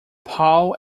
paul